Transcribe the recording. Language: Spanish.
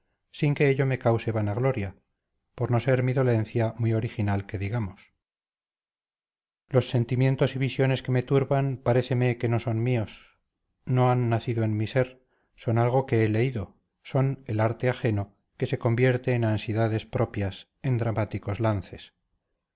sin que ello me cause vanagloria por no ser mi dolencia muy original que digamos los sentimientos y visiones que me turban paréceme que no son míos no han nacido en mi ser son algo que he leído son el arte ajeno que se convierte en ansiedades propias en dramáticos lances